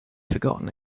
forgotten